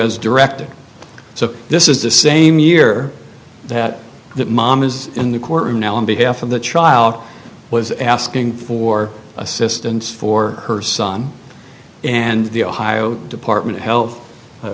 as directed so this is the same year that that mom is in the courtroom now on behalf of the child was asking for assistance for her son and the ohio department of health